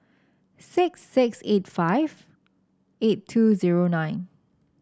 six six eight five eight two zero nine